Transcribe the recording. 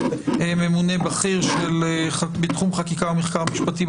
ממונה בכיר בתחום חקיקה ומחקר משפטי,